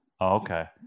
Okay